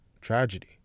tragedy